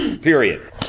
period